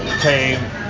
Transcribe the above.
came